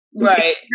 right